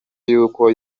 y’uko